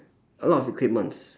a lot of equipment